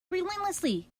relentlessly